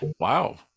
Wow